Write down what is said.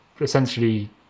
essentially